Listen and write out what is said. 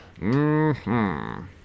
-hmm